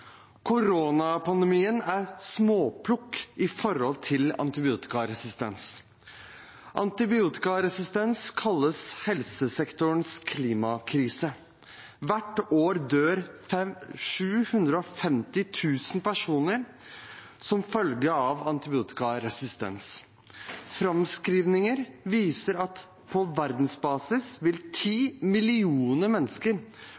Koronapandemien er småplukk i forhold til antibiotikaresistens. Antibiotikaresistens kalles helsesektorens klimakrise. Hvert år dør 750 000 personer som følge av antibiotikaresistens. Framskrivinger viser at på verdensbasis vil 10 millioner mennesker